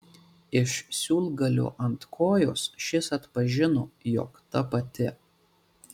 iš siūlgalio ant kojos šis atpažino jog ta pati